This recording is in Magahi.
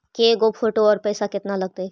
के गो फोटो औ पैसा केतना लगतै?